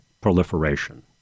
proliferation